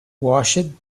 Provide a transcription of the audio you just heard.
washed